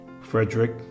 Frederick